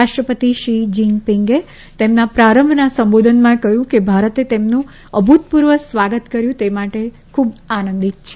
રાષ્ટ્રપતિ શી જિનપીંગે તેમના પ્રારંભના સંબોધનમાં કહ્યું કે ભારતે તેમનું અભૂતપૂર્વ સ્વાગત કર્યું તે માટે ખૂબ આનંદિત છે